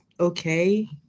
okay